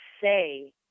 say